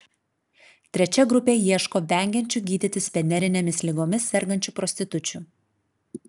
trečia grupė ieško vengiančių gydytis venerinėmis ligomis sergančių prostitučių